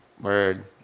Word